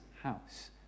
house